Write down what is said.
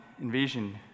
invasion